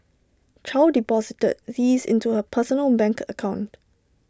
chow deposited these into her personal bank account